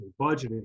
budgeting